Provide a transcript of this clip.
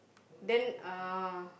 then uh